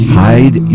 hide